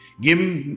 Give